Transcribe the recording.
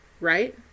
right